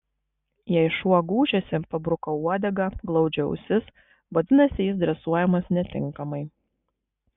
jei šuo gūžiasi pabruka uodegą glaudžia ausis vadinasi jis dresuojamas netinkamai